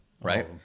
right